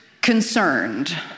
concerned